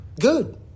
Good